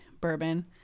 bourbon